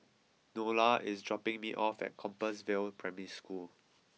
Nola is dropping me off at Compassvale Primary School